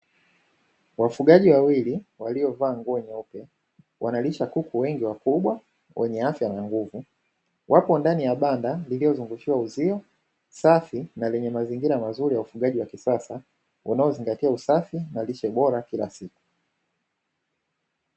Wafugaji wawili waliovaa nguo nyeupe wanalisha kuku wengi wakubwa wenye afya na nguvu. Wapo ndani ya banda lililozungushiwa uzio, safi na lenye mazingira mazuri ya ufugaji wa kisasa unaozingatia usafi na lishe bora kila siku.